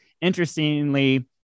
interestingly